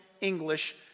English